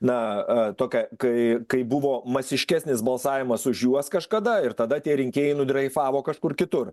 na tokia kai kai buvo masiškesnis balsavimas už juos kažkada ir tada tie rinkėjai nudreifavo kažkur kitur